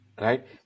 Right